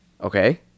Okay